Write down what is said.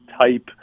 type